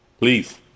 please